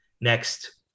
next